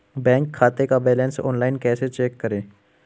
Bank खाते का balance online कैसे चेक करें?